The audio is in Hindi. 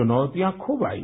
चुनौतियाँ खूब आई